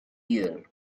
year